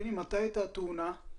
מתי הייתה התאונה?